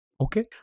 Okay